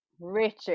richard